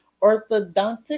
orthodontic